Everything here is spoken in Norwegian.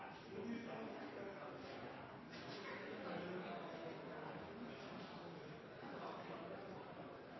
å skrive dette.